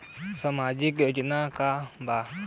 सामाजिक योजना का बा?